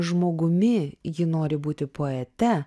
žmogumi ji nori būti poete